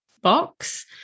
box